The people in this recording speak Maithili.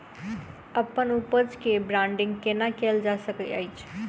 अप्पन उपज केँ ब्रांडिंग केना कैल जा सकैत अछि?